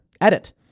Edit